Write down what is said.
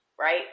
right